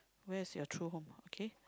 where is your true home okay